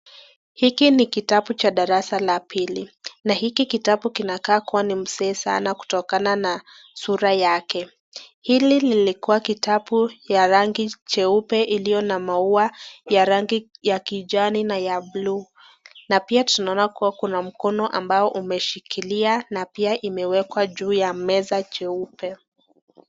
Hiki ni kitabu cha darasa la pili na hiki kitabu kinakaa kuwa ni mzee sana kutokana na sura yake. Hili lilikuwa kitabu ya rangi jeupe, iliyo na maua ya rangi ya kijani na ya blue .Na pia tunaona kuwa kuna mkono ambao umeshikilia na pia imewekwa juu ya meza jeupe.